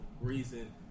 reason